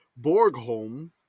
Borgholm